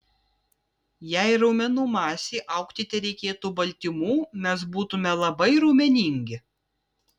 jei raumenų masei augti tereikėtų baltymų mes būtumėme labai raumeningi